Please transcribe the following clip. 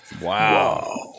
Wow